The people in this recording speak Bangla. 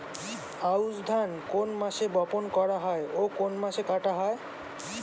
আউস ধান কোন মাসে বপন করা হয় ও কোন মাসে কাটা হয়?